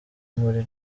muri